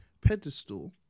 pedestal